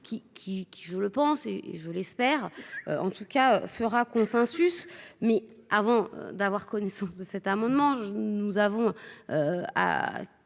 qui, je le pense et je l'espère. En tout cas fera consensus mais avant d'avoir connaissance de cet amendement, nous avons à